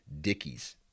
Dickies